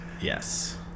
Yes